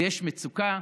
ויש מצוקה,